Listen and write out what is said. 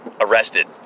arrested